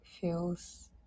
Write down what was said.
feels